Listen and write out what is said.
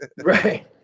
Right